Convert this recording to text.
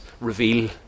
reveal